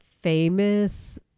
famous